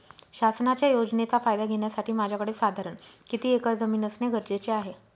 शासनाच्या योजनेचा फायदा घेण्यासाठी माझ्याकडे साधारण किती एकर जमीन असणे गरजेचे आहे?